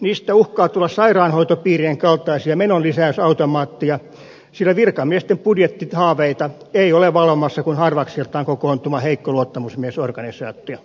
niistä uhkaa tulla sairaanhoitopiirien kaltaisia menonlisäysautomaatteja sillä virkamiesten budjettihaaveita ei ole valvomassa kuin harvakseltaan kokoontuva heikko luottamusmiesorganisaatio